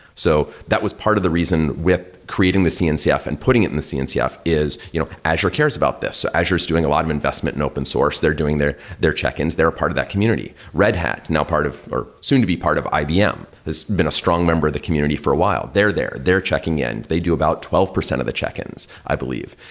so that was part of the reason with creating the cncf and putting it in the cncf, is you know azure cares about this. azure is doing a lot of investment in open source. they're doing their check-ins. they're a part of that community. red hat, now part of or soon to be part of ibm has been a strong member of the community for a while. they're there. they're checking in. they do about twelve percent of the check-ins i believe.